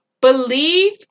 believe